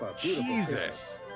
Jesus